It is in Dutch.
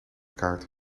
kaart